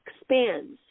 expands